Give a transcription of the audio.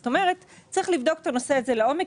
זאת אומרת, צריך לבדוק את הנושא הזה לעומק.